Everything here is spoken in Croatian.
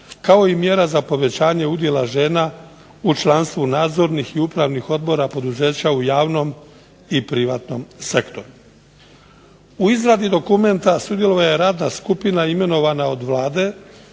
kao i mjera za povećanje udjela žena u članstvu nadzornih i upravnih odbora poduzeća u javnom i privatnom sektoru. U izradi dokumenta sudjelovala je radna skupina imenovana od Vlade